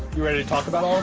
you ready to talk about all